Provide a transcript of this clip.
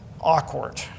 awkward